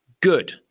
Good